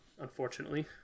unfortunately